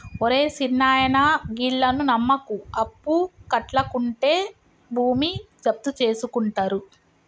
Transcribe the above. ఒరే సిన్నాయనా, గీళ్లను నమ్మకు, అప్పుకట్లకుంటే భూమి జప్తుజేసుకుంటరు